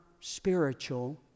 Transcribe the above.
spiritual